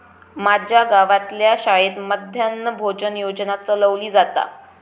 माज्या गावातल्या शाळेत मध्यान्न भोजन योजना चलवली जाता